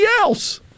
else